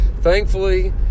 thankfully